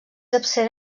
absent